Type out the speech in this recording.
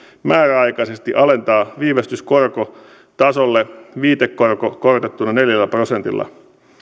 määräaikaisesti alentaa viivästyskorko tasolle viitekorko korotettuna neljällä prosentilla